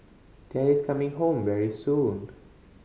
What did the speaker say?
daddy's coming home very soon